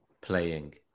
playing